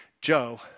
Joe